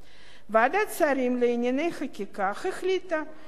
ועדת שרים לענייני חקיקה החליטה לדחות